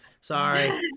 Sorry